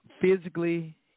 physically